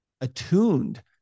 attuned